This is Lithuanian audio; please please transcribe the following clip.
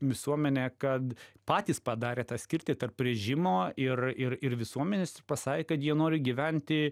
visuomenė kad patys padarė tą skirtį tarp režimo ir ir ir visuomenės ir pasakė kad jie nori gyventi